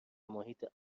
محیط